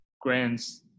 grants